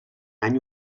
any